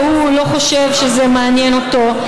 והוא לא חושב שזה מעניין אותו.